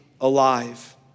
alive